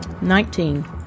Nineteen